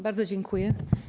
Bardzo dziękuję.